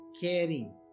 Caring